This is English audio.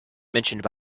mentioned